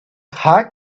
heart